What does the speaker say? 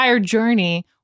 journey